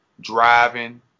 driving